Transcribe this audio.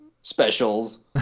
specials